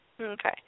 Okay